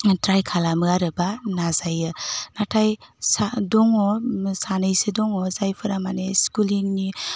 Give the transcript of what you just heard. थ्राइ खालामो आरो बा नाजायो नाथाय सा दङ सानैसो दङ जायफोरा माने स्कुलिंनि